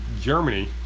Germany